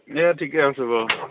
দিয়া ঠিকে আছে বাৰু